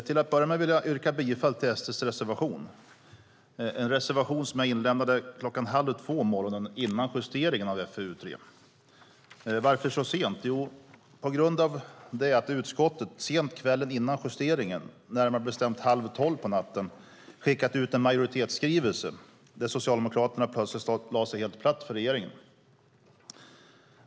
Herr talman! Jag vill yrka bifall till SD:s reservation. Det är en reservation som jag lämnade in klockan halv två morgonen före justeringen av FöU3. Varför så sent? Jo, det var på grund av att utskottet sent kvällen före justeringen, närmare bestämt halv tolv på natten, skickat ut en majoritetsskrivelse där Socialdemokraterna plötsligt lade sig helt platt för regeringen.